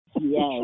Yes